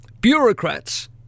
bureaucrats